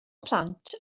plant